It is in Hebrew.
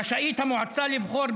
"רשאית המועצה לבחור,